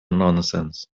nonsense